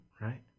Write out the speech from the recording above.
Right